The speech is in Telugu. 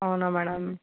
అవునా మ్యాడమ్